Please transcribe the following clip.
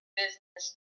business